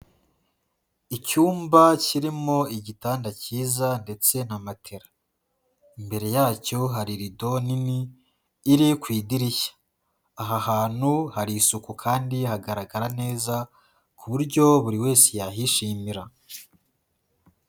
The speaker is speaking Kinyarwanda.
Icyumba kirimo igitanda cyiza ndetse na matela, imbere yacyo hari rido nini iri ku idirishya, aha hantu hari isuku kandi hagaragara neza ku buryo buri wese yahishimira.